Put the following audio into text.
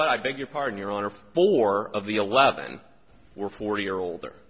what i beg your pardon your honor four of the eleven were forty or older